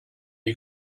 you